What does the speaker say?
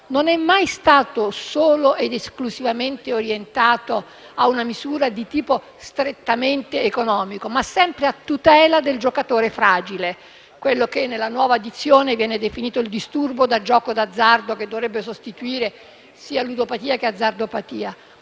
non è mai stato solo ed esclusivamente orientato a una misura di tipo strettamente economico, ma sempre a tutela del giocatore fragile. Mi riferisco a quello che nella nuova dizione viene definito disturbo del gioco d'azzardo, che dovrebbe sostituire sia le parole «ludopatia»